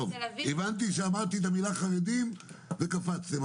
הבנתי שאמרתי את המילה חרדים וקפצתם,